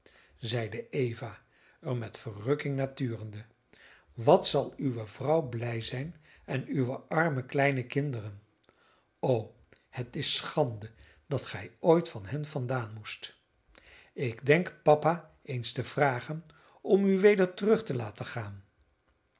zeide eva er met verrukking naar turende wat zal uwe vrouw blij zijn en uwe arme kleine kinderen o het is schande dat gij ooit van hen vandaan moest ik denk papa eens te vragen om u weder terug te laten gaan